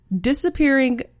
disappearing